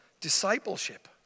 discipleship